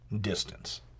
distance